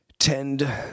Tend